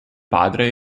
padre